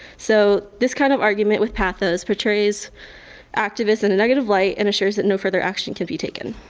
so this kind of argument with pathos portrays activists in a negative light and assures that no further action can be taken.